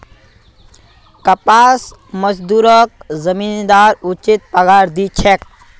कपास मजदूरक जमींदार उचित पगार दी छेक